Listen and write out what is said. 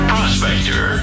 Prospector